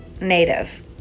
native